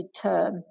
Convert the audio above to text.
term